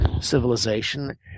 civilization